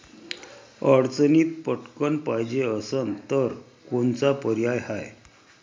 अडचणीत पटकण पायजे असन तर कोनचा पर्याय हाय?